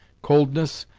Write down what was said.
coldness,